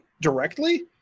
directly